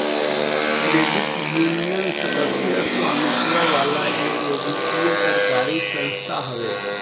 credit union, सदस्य स्वामित्व वाला एगो वित्तीय सरकारी संस्था हवे